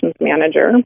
manager